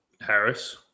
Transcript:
Harris